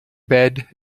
bed